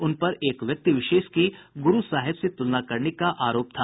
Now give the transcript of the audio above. उन पर एक व्यक्ति विशेष की गुरू साहिब से तुलना करने का आरोप था